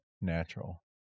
natural